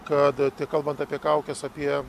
kad tai kalbant apie kaukes apie